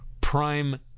Prime